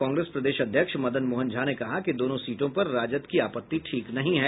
कांग्रेस प्रदेश अध्यक्ष मदन मोहन झा ने कहा कि दोनों सीटों पर राजद की आपत्ति ठीक नहीं है